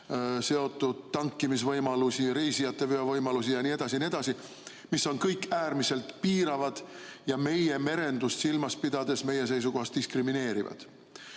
seotud tankimisvõimalusi, reisijateveovõimalusi ja nii edasi ja nii edasi, mis on kõik äärmiselt piiravad ja meie merendust silmas pidades meie seisukohast diskrimineerivad.